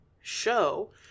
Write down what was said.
show